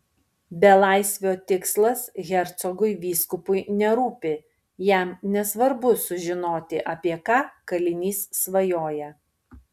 belaisvio tikslas hercogui vyskupui nerūpi jam nesvarbu sužinoti apie ką kalinys svajoja